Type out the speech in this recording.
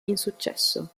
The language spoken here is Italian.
insuccesso